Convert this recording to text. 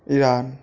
Iran